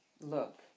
look